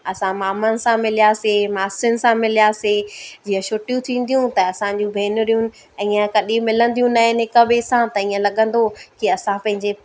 असां मामानि सां मिलयासीं मासियुनि सां मिलयासीं जीअं छुट्टियूं थींदियूं त असांजूं भेनरियुनि ईअं कॾहिं मिलंदियूं न आहिनि हिक ॿिए सां त ईअं लॻंदो कि असां पंहिंजे